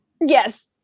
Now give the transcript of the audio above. Yes